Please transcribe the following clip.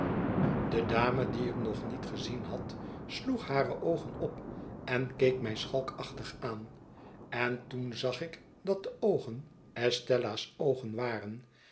de dame die ik nog niet gezien had sloeg hare oogen op en keek mij schalkachtig aan en toen zag ik dat de oogen estella's oogen waren